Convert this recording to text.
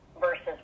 versus